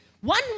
One